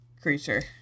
creature